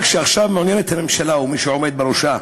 רק שעכשיו הממשלה, והעומד בראשה,